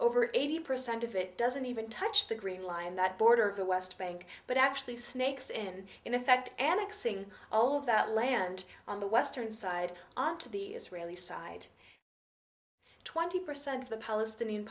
over eighty percent of it doesn't even touch the green line that border of the west bank but actually snakes and in effect anik seeing all that land on the western side to the israeli side twenty percent of the palestinian